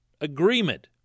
agreement